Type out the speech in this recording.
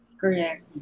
Correct